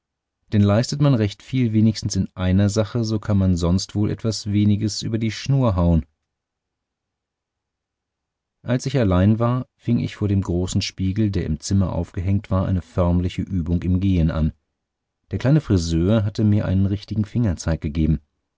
denn leistet man recht viel wenigstens in einer sache so kann man sonst wohl etwas weniges über die schnur hauen als ich allein war fing ich vor dem großen spiegel der im zimmer aufgehängt war eine förmliche übung im gehen an der kleine friseur hatte mir einen richtigen fingerzeig gegeben